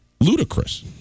ludicrous